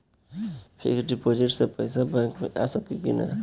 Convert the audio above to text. Fix deposit से पैसा bank मे आ सकी कि ना?